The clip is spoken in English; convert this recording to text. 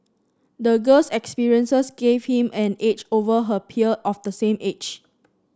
the girl's experiences gave him an edge over her peer of the same age